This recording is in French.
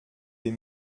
des